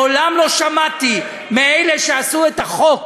מעולם לא שמעתי מאלה שעשו את החוק